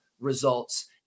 results